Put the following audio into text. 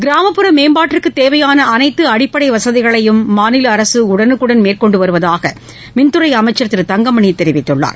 கிராமப்புற மேம்பாட்டிற்கு தேவையான அனைத்து அடிப்படை வசதிகளையும் மாநில அரசு உடனுக்குடன் மேற்கொண்டு வருவதாக மின்துறை அமைச்சர் திரு தங்கமணி தெரிவித்துள்ளார்